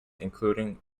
including